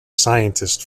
scientist